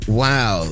wow